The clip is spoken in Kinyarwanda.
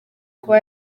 kuba